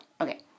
okay